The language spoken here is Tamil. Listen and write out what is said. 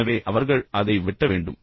எனவே அவர்கள் அதை வெட்ட வேண்டும்